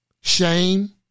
Shame